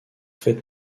fait